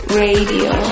radio